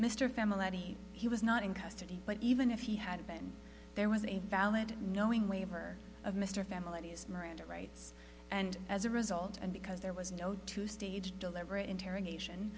familarity he was not in custody but even if he had been there was a valid knowing waiver of mr family's miranda rights and as a result and because there was no two stage deliberate interrogation